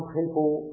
people